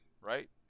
right